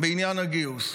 בעניין הגיוס.